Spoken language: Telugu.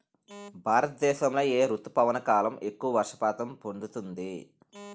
భారతదేశంలో ఏ రుతుపవన కాలం ఎక్కువ వర్షపాతం పొందుతుంది?